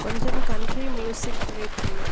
கொஞ்சம் country music play பண்ணு